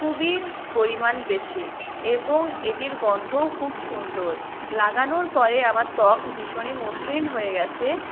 খুবই পরিমাণ বেশি এবং এটির গন্ধও খুব সুন্দর লাগানোর পরে আমার ত্বক ভীষণই মসৃণ হয়ে গেছে